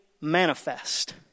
manifest